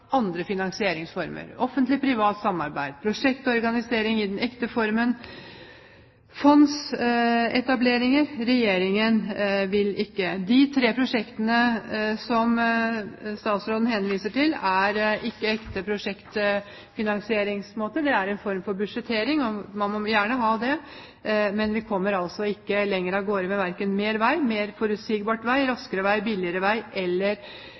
andre finansieringsformer – Offentlig Privat Samarbeid, prosjektorganisering i den ekte formen, fondsetablering. Regjeringen vil ikke. De tre prosjektene som statsråden henviser til, er ikke ekte prosjektfinansieringsmåter. Det er en form for budsjettering. Man må gjerne ha det, men vi kommer altså ikke lenger av gårde, verken med mer vei, mer forutsigbar vei, raskere vei, billigere vei eller